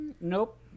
nope